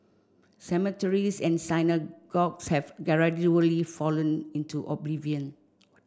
cemeteries and synagogues have gradually fallen into oblivion